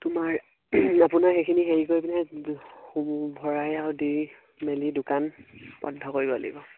তোমাৰ আপোনাৰ সেইখিনি হেৰি কৰি পিনে ভৰাই আৰু দি মেলি দোকান বন্ধ কৰিব লাগিব